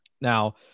Now